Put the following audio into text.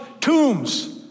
tombs